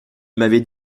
m’avait